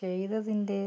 ചെയ്തതിൻ്റെ